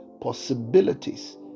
possibilities